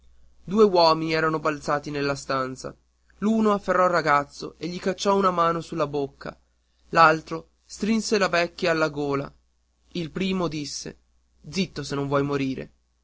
due uomini erano balzati nella stanza l'uno afferrò il ragazzo e gli cacciò una mano sulla bocca l'altro strinse la vecchia alla gola il primo disse zitto se non vuoi morire